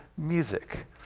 music